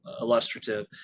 illustrative